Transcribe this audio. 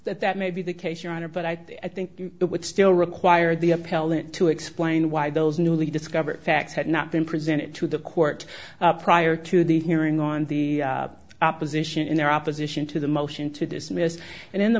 that that may be the case your honor but i think it would still require the appellant to explain why those newly discovered facts had not been presented to the court prior to the hearing on the opposition in their opposition to the motion to dismiss and in the